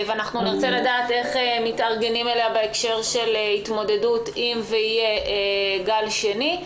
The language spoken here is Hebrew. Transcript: אנחנו נרצה לדעת איך מתארגנים אליה בהקשר של התמודדות אם יהיה גל שני.